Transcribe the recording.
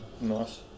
Nice